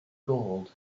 gold